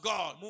God